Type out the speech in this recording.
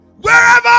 wherever